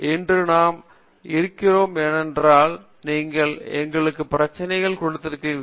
இன்று நாம் இருக்கின்றோம் ஏனென்றால் நீங்கள் எங்களுக்கு பிரச்சினைகள் கொடுத்திருக்கின்றீர்கள்